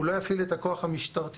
הוא לא יפעיל את הכוח המשטרתי,